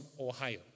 Ohio